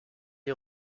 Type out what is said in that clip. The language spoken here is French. est